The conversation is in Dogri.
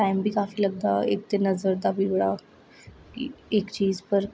टाइम बी काफी लगदा ते नज़र दा बी बड़ा इक चीज पर